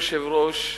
אדוני היושב-ראש,